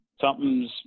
something's